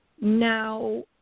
Now